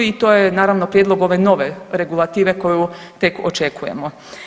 I to je naravno prijedlog ove nove regulative koju tek očekujemo.